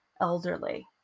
elderly